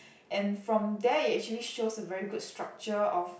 and from there it actually shows a very good structure of